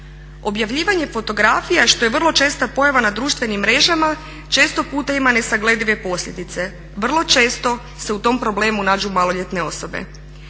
Objavljivanje fotografija, što je vrlo česta pojava na društvenim mrežama, često puta ima nesagledive posljedice. Vrlo često se u tom problemu nađu maloljetne osobe.